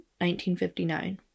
1959